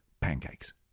pancakes